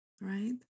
right